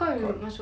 got